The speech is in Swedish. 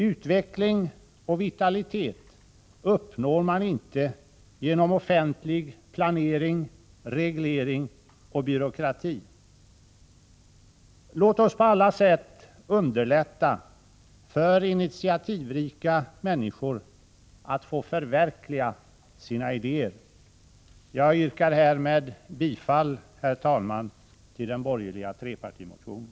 Utveckling och vitalitet uppnår man inte genom offentlig planering, reglering och byråkrati. Låt oss på alla sätt underlätta för initiativrika människor att få förverkliga sina idéer. Jag yrkar härmed bifall, herr talman, till den borgerliga trepartimotionen.